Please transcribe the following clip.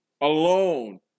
Alone